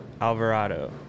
Alvarado